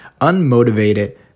unmotivated